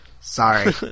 Sorry